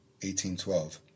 1812